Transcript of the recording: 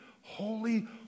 holy